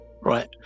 right